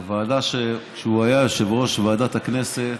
בוועדה, כשהוא היה יושב-ראש ועדת הכנסת,